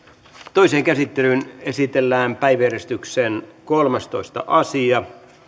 toiseen käsittelyyn esitellään päiväjärjestyksen kolmastoista asia